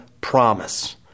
promise